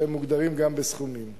שהן מוגדרות גם בסכומים.